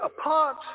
apart